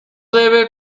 debe